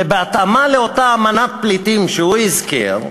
ובהתאמה לאותה אמנה בדבר מעמדם של פליטים שהוא הזכיר,